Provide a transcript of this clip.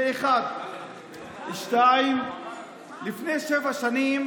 זה, 1. 2. לפני שבע שנים